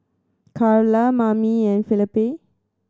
Karla Mamie and Felipe